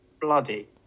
Bloody